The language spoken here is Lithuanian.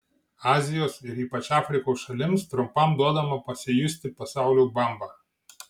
azijos ir ypač afrikos šalims trumpam duodama pasijusti pasaulio bamba